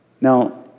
Now